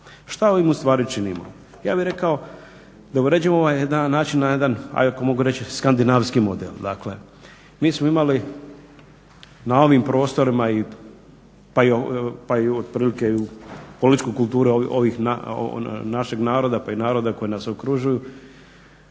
Što ovim ustvari činimo? Ja bih rekao da uređujemo ovo na način jedan ajd ako mogu reći skandinavski model. Dakle, mi smo imali na ovim prostorima pa i otprilike političke kulture našeg naroda pa i naroda koji nas okružuju